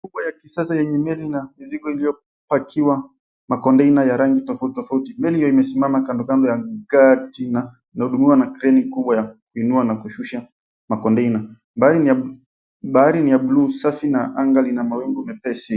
Ufukwe ya kisasa yenye meli na mizigo iliyopakiwa makonteina ya rangi tofauti tofauti. Meli hiyo imesimama kando kando ya gati na inahudumiwa na kreni kubwa ya kuinua na kushusha makonteina. Bahari ni ya buluu safi na anga lina mawingu mepesi.